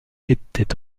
était